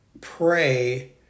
pray